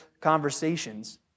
conversations